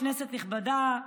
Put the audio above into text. כנסת נכבדה,